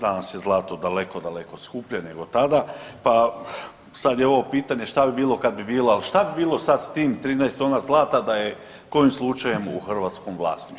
Danas je zlato daleko, daleko skuplje nego tada pa sad je ovo pitanje šta bi bilo kad bi bilo, ali šta bi bilo sad s tim 13 tona zlata da je kojim slučajem u hrvatskom vlasništvu?